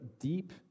deep